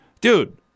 dude